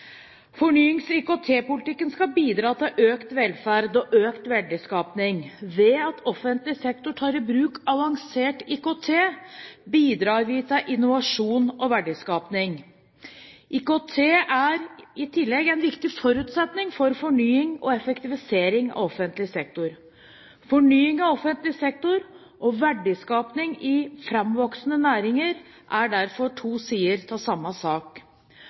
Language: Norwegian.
Fornyings- og IKT-politikken skal bidra til økt velferd og økt verdiskaping. Ved at offentlig sektor tar i bruk avansert IKT, bidrar vi til innovasjon og verdiskaping. IKT er i tillegg en viktig forutsetning for fornying og effektivisering av offentlig sektor. Fornying av offentlig sektor og verdiskaping i framvoksende næringer er derfor to sider av samme sak.